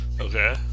Okay